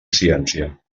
ciència